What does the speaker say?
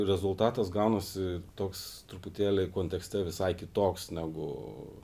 rezultatas gaunasi toks truputėlį kontekste visai kitoks negu